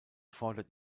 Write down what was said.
fordert